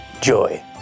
Joy